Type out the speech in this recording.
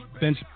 bench